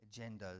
agendas